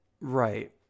Right